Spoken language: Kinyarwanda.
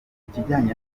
ikijyanye